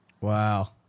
Wow